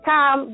Tom